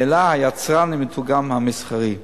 אלא היצרן ומיתוגם המסחרי.